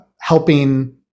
helping